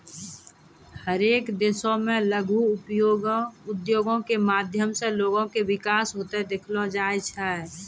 हरेक देशो मे लघु उद्योगो के माध्यम से लोगो के विकास होते देखलो जाय छै